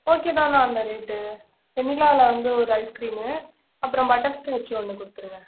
okay தாண்ணா அந்த rate வெணிலாவில் வந்து ஒரு ஐஸ்கிரீமு அப்புறம் பட்டர்ஸ்காட்ச் ஒன்று கொடுத்துருங்க